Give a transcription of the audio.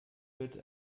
wird